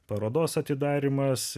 parodos atidarymas